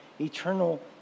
Eternal